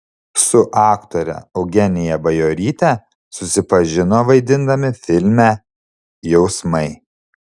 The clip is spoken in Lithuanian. su aktore eugenija bajoryte susipažino vaidindami filme jausmai